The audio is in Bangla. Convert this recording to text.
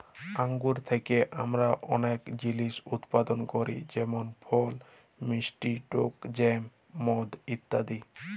আঙ্গুর থ্যাকে আমরা অলেক জিলিস উৎপাদল ক্যরি যেমল ফল, মিষ্টি টক জ্যাম, মদ ইত্যাদি